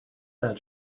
that